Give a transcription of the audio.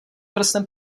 prstem